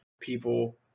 people